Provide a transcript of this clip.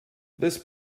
this